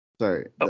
Sorry